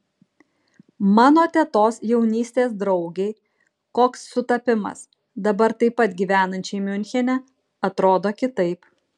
mano tetos jaunystės draugei koks sutapimas dabar taip pat gyvenančiai miunchene atrodo kitaip